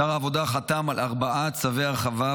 שר העבודה חתם על ארבעה צווי הרחבה,